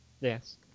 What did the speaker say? Yes